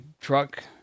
truck